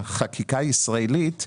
החקיקה הישראלית,